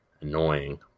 annoying